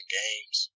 games